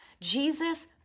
Jesus